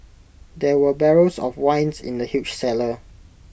there were barrels of wines in the huge cellar